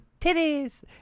titties